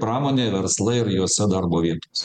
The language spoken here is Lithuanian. pramonė verslai ir juose darbo vietos